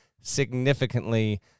significantly